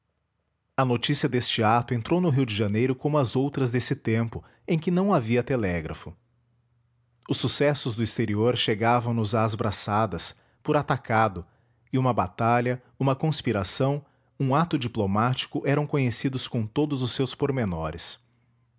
a notícia deste ato entrou no rio de janeiro como as outras desse tempo em que não havia telégrafo os sucessos do exterior chegavam nos às braçadas por atacado e uma batalha uma conspiração um ato diplomático eram conhecidos com todos os seus pormenores por